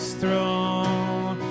throne